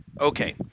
Okay